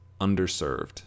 underserved